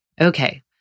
Okay